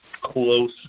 close